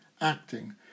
acting